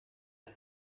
las